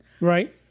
Right